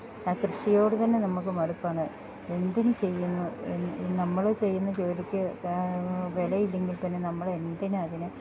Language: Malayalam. ആ കൃഷിയോട് തന്നെ നമുക്ക് മടുപ്പാണ് എന്തിന് ചെയ്യുന്നു നമ്മൾ ചെയ്യുന്ന ജോലിക്ക് വിലയില്ല എങ്കിൽ പിന്നെ നമ്മൾ എന്തിനാ അതിനെ